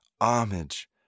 homage